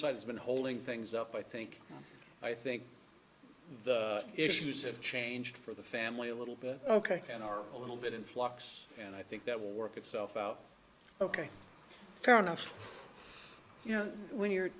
has been holding things up i think i think the issues have changed for the family a little bit ok and are a little bit in flux and i think that will work itself out ok fair enough you know when you're